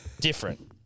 Different